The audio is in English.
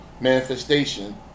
manifestation